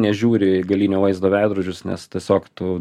nežiūri į galinio vaizdo veidrodžius nes tiesiog tu